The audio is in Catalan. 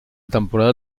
temporada